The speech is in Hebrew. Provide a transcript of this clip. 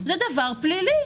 זה דבר פלילי.